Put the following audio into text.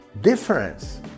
difference